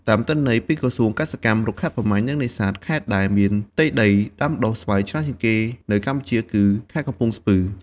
តាមទិន្នន័យពីក្រសួងកសិកម្ម រុក្ខាប្រមាញ់ និងនេសាទ ខេត្តដែលមានផ្ទៃដីដាំដុះស្វាយច្រើនជាងគេនៅកម្ពុជា គឺខេត្តកំពង់ស្ពឺ។